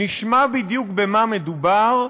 נשמע בדיוק במה מדובר,